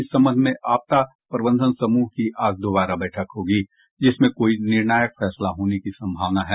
इस संबंध में आपदा प्रबंधन समूह की आज दोबारा बैठक होगी जिसमें कोई निर्णायक फैसला होने की संभावना है